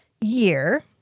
year